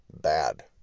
bad